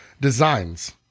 designs